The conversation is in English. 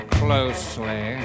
closely